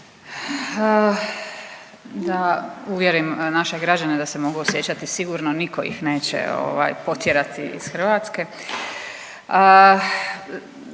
da uvjerim naše građane da se mogu osjećati sigurno, nitko ih neće ovaj potjerati iz Hrvatske.